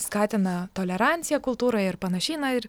skatina toleranciją kultūrą ir panašiai na ir